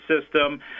system